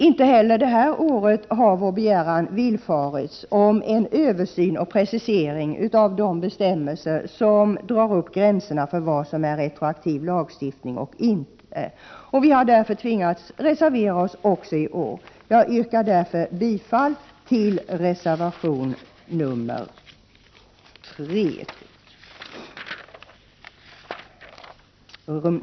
Inte heller detta år har vår begäran villfarits om en översyn och precisering av de bestämmelser som drar upp gränserna för vad som är retroaktiv lagstiftning och inte, och vi har därför tvingats reservera oss också i år. Jag yrkar därför bifall till reservation nr 2.